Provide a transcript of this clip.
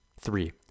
Three